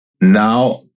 Now